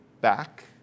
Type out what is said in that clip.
back